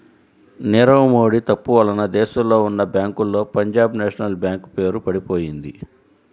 నీరవ్ మోడీ తప్పు వలన దేశంలో ఉన్నా బ్యేంకుల్లో పంజాబ్ నేషనల్ బ్యేంకు పేరు పడిపొయింది